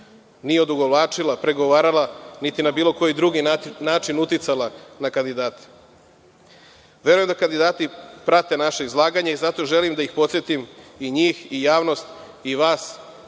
Nije odugovlačila, pregovarala, niti na bilo koji drugi način uticala na kandidate. Verujem da kandidati prate naše izlaganje i zato želim da ih podsetim, i njih i javnost i vas,